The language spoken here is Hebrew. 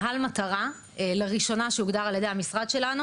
מוגדר לראשונה,